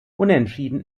unentschieden